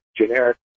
generic